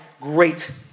great